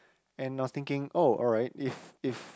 and I was thinking oh alright if if